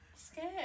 scared